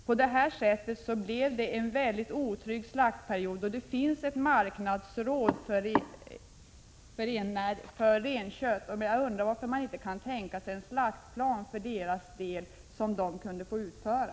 På detta sätt blev slaktperioden mycket osäker. Det finns ett marknadsråd för renkött. Jag undrar varför man inte kan tänka sig en slaktplan, som detta råd skulle få verkställa.